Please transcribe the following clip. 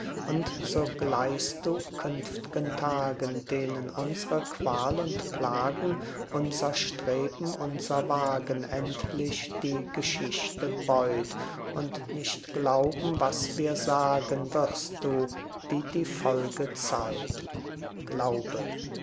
so gleichst du künft'gen tagen denen unsre qual und plagen unser streben unser wagen endlich die geschichte beut und nicht glauben was wir sagen wirst du wie die folgezeit glaube